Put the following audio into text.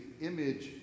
image